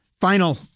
Final